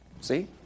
See